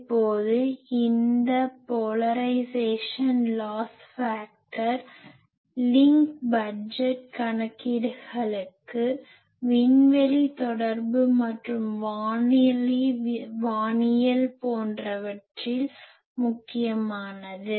இப்போது இந்த polarisation loss factor துருவமுனைப்பு இழப்பு காரணி லிங்க் பட்ஜெட் link budget இணைப்பு பட்ஜெட் கணக்கீடுகளுக்கு விண்வெளி தொடர்பு மற்றும் வானொலி வானியல் போன்றவற்றில் முக்கியமானது